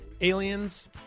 Aliens